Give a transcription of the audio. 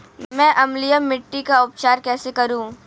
मैं अम्लीय मिट्टी का उपचार कैसे करूं?